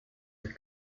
are